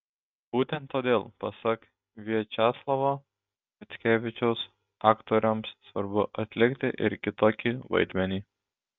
būtent todėl pasak viačeslavo mickevičiaus aktoriams svarbu atlikti ir kitokį vaidmenį